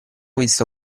visto